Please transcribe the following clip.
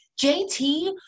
JT